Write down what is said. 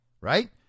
right